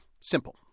simple